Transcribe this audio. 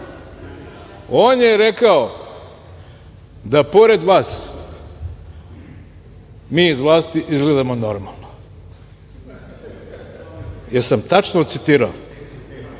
On je rekao da pored vas, mi iz vlasti izgledamo normalno. Da li sam tačno citirao?